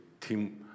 team